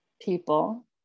people